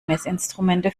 messinstrumente